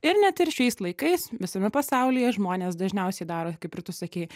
ir net ir šiais laikais visame pasaulyje žmonės dažniausiai daro kaip ir tu sakei